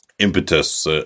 impetus